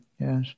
Yes